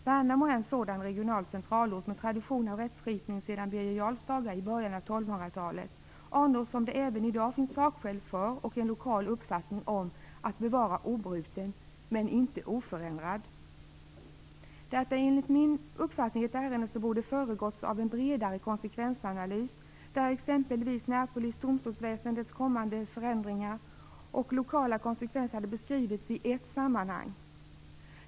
Värnamo är en sådan regional centralort med tradition av rättsskipning sedan Birger Jarls dagar i början av 1200-talet, anor som det även i dag finns sakskäl för och en lokal uppfattning om att bevaras obrutna men inte oförändrade. Detta är enligt min uppfattning ett ärende som borde ha föregåtts av en bredare konsekvensanalys, där exempelvis närpolisens och domstolsväsendets kommande förändringar och lokala konsekvenser hade beskrivits i ett sammanhang.